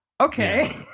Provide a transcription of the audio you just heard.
okay